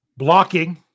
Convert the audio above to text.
Blocking